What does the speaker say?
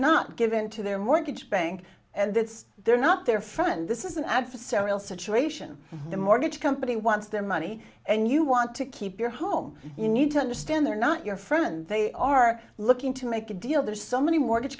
not give into their mortgage bank and that's their not their friend this is an adversarial situation the mortgage company wants their money and you want to keep your home you need to understand they're not your friend they are looking to make a deal there's so many mortgage